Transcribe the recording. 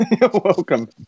welcome